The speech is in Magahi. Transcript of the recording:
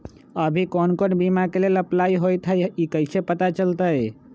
अभी कौन कौन बीमा के लेल अपलाइ होईत हई ई कईसे पता चलतई?